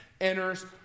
enters